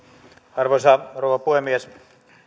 arvoisa rouva puhemies